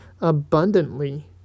abundantly